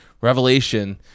revelation